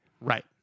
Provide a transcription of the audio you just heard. Right